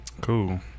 Cool